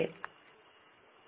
நன்றி